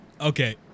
Okay